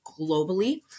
globally